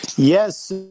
Yes